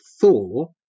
Thor